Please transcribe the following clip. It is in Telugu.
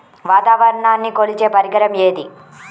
వాతావరణాన్ని కొలిచే పరికరం ఏది?